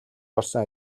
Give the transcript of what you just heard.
орсон